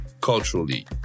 culturally